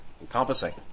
encompassing